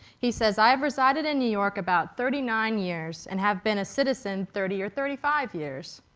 he says, i have resided in new york about thirty nine years and have been a citizen thirty or thirty five years.